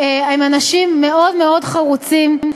הם אנשים מאוד מאוד חרוצים,